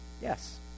Yes